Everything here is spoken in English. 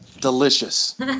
Delicious